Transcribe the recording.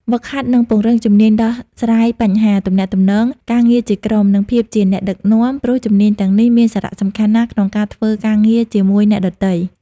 ហ្វឹកហាត់ និងពង្រឹង ជំនាញដោះស្រាយបញ្ហា ទំនាក់ទំនង ការងារជាក្រុម និងភាពជាអ្នកដឹកនាំ ព្រោះជំនាញទាំងនេះមានសារៈសំខាន់ណាស់ក្នុងការធ្វើការងារជាមួយអ្នកដទៃ។